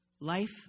Life